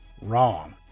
Wrong